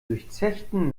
durchzechten